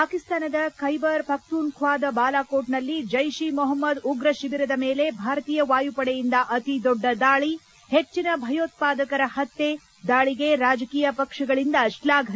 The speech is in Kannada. ಪಾಕಿಸ್ತಾನದ ಬೈಬರ್ ಪಖ್ತೂನ್ ಖ್ವಾದ ಬಾಲಾಕೋಟ್ನಲ್ಲಿ ಜೈಷ್ ಇ ಮೊಹಮ್ನದ್ ಉಗ್ರ ಶಿಬಿರದ ಮೇಲೆ ಭಾರತೀಯ ವಾಯುಪಡೆಯಿಂದ ಅತಿ ದೊಡ್ಡ ದಾಳ ಹೆಚ್ಚನ ಭಯೋತ್ವಾದಕರ ಹತ್ಯೆ ದಾಳಿಗೆ ರಾಜಕೀಯ ಪಕ್ಷಗಳಿಂದ ಶ್ಲಾಫನೆ